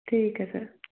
ਠੀਕ ਹੈ ਸਰ